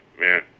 man